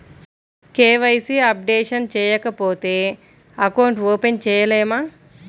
KYC updation చేయకపోతే account open చేయలేమా?